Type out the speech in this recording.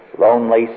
lonely